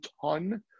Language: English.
ton